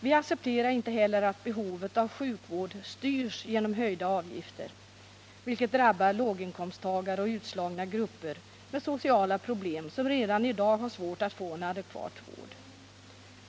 Vi accepterar inte heller att ”behovet av sjukvård” styrs genom höjda avgifter, vilka drabbar låginkomsttagare och utslagna grupper med sociala problem som redan i dag har svårt att få en adekvat vård.